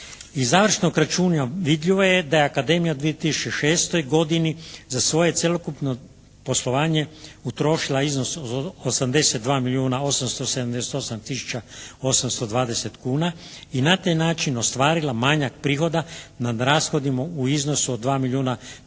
Iz završnog računa vidljivo je da je akademija u 2006. godini za svoje cjelokupno poslovanje utrošila iznos od 82 milijuna 878 tisuća 820 kuna i na taj način ostvarila manjak prihoda nad rashodima u iznosu od 2